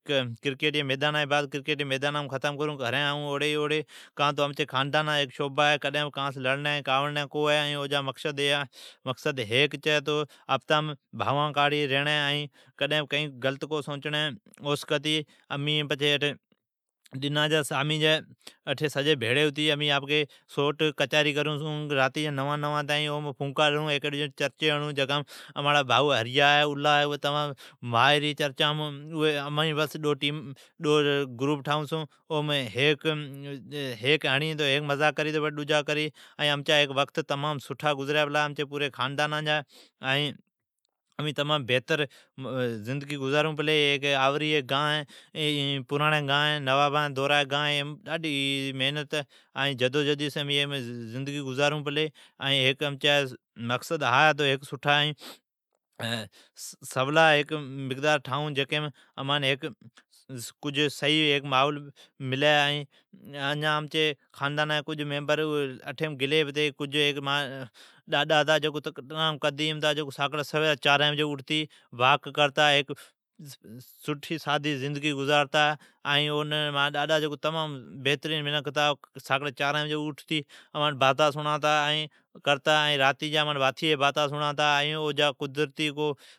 کرکیٹی جی میدانا جی بات اٹھی ختم کرون، ائین گھرین آئون اوڑی ئی اوڑی۔ او امچی خاندانا جا شعبا ہے تو کڈھن بھی کانس لڑڑین کونی ہے۔ بھاوان کاڑی رھڑین ہے ائین امین سامیجی سبھ سوٹ بھیڑی ھتی کچھری کرون چھون۔ راتی جی نوا نوا تائین کچھری کرون چھون ائین مانجا بھائو ھریا ائین الا چرچی ھڑنین جی ماھر ھی۔ امین ڈو گروپ ٹھائون چھون ائین ھیکی ڈجین چرچی ھڑون چھون ائین امچا وقت ڈاڈھا سٹھا گزری چھی۔ آھوری گان نوابا جی دوران جی گان ہے امین اٹھی جدو جہدیس ریئون پلی۔ امچا مقصد ھا ھی تو امین ھیک سٹھا ماحول ٹھائون چھون۔ امچی آدھین منکھین گلین پتین۔ ائین مانجا ڈاڈا جکو پراڑین زمانی جی منکھ ھتا ائین ساکڑی اسرا چارین بجی اوٹھتے اوٹھتی واک کرون جتا ائین تمام سادی ا زنڈگی گزارتا ائین ماجا ڈاڈا تمام بھترین منکھ ھتا ۔ساکڑی سویر اوٹھتے باتا سڑاتا ائین کڈھن راتے جی باتا سڑاتا